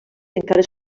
encara